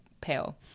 pale